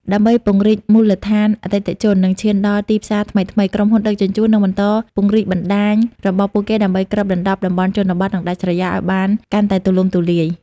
ដើម្បីពង្រីកមូលដ្ឋានអតិថិជន និងឈានដល់ទីផ្សារថ្មីៗ ក្រុមហ៊ុនដឹកជញ្ជូននឹងបន្តពង្រីកបណ្តាញរបស់ពួកគេដើម្បីគ្របដណ្តប់តំបន់ជនបទ និងដាច់ស្រយាលឱ្យបានកាន់តែទូលំទូលាយ។